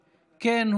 כן,